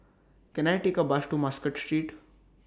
Can I Take A Bus to Muscat Street